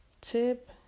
Tip